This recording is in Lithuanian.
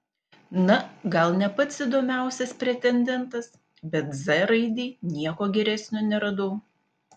na gal ne pats įdomiausias pretendentas bet z raidei nieko geresnio neradau